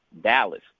Dallas